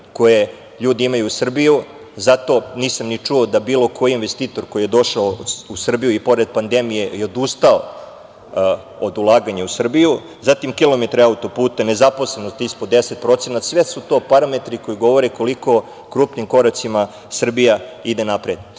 koje ljudi imaju u Srbiju. Zato nisam ni čuo da bilo koji investitor koji je došao u Srbiju, i pored pandemije, je odustao od ulaganja u Srbiju. Zatim, kilometri auto-puta, nezaposlenost ispod 10%. Sve su to parametri koji govore koliko krupnim koracima Srbija ide napred. Zato